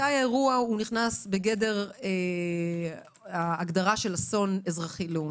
מתי האירוע נכנס בגדר ההגדרה של אסון אזרחי לאומי.